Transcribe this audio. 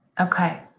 Okay